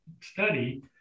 study